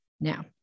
Now